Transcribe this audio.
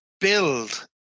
build